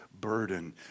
burden